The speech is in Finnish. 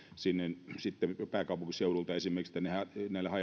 sitten esimerkiksi pääkaupunkiseudulta